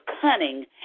cunning